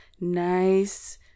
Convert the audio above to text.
nice